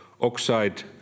oxide